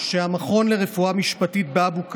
שהמכון לרפואה משפטית באבו כביר,